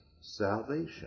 salvation